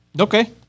Okay